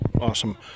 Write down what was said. Awesome